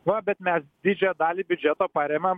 va bet mes didžiąją dalį biudžeto paremiam